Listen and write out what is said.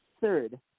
Third